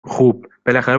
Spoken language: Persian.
خوب، بالاخره